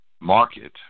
market